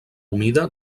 humida